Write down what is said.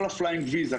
כל ה-flying ויזה,